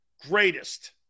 greatest